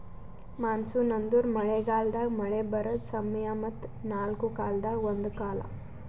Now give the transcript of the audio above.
monsoon ಅಂದುರ್ ಮಳೆ ಗಾಲದಾಗ್ ಮಳೆ ಬರದ್ ಸಮಯ ಮತ್ತ ನಾಲ್ಕು ಕಾಲದಾಗ ಒಂದು ಕಾಲ